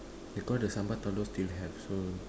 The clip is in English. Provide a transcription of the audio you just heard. because the sambal telur still have so